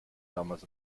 damals